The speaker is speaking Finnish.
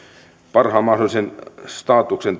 parhaan mahdollisen statuksen